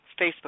Facebook